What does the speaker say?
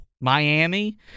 Miami